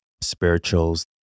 spirituals